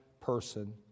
person